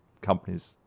companies